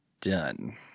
Done